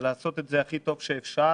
ולעשות את זה הכי טוב שאפשר.